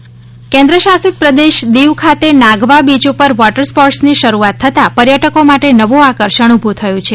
Diu water sports કેન્દ્રશાસિત પ્રદેશ દિવ ખાતે નાગવા બીચ ઉપર વોટર સ્પોર્ટસની શરૂઆત થતાં પર્યટકો માટે નવુ આકર્ષણ ઊભું થયુ છે